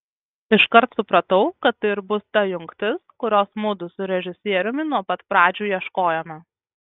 iškart supratau kad tai ir bus ta jungtis kurios mudu su režisieriumi nuo pat pradžių ieškojome